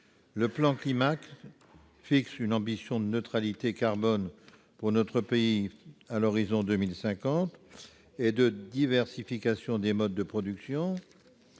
Le plan Climat fixe une ambition de neutralité carbone pour notre pays à l'horizon 2050 et de diversification des modes de production